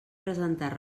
presentar